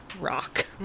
rock